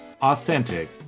authentic